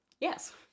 Yes